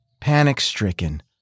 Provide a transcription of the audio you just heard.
panic-stricken